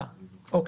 ראשית,